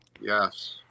Yes